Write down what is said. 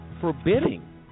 forbidding